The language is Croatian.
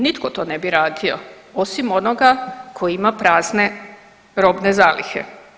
Nitko to ne bi radio osim onoga koji ima prazne robne zalihe.